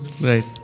Right